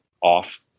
off